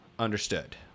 understood